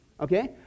Okay